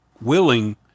willing